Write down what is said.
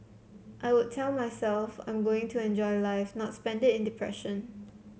I would tell myself that I'm going to enjoy life not spend it in depression